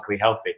healthy